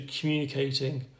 communicating